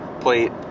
plate